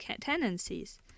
tendencies